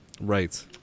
Right